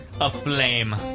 aflame